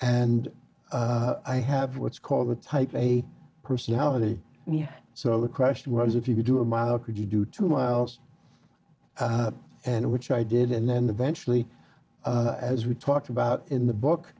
and i have what's called a type a personality so the question was if you could do a mile could you do two miles and which i did and then eventually as we talked about in the book